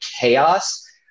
chaos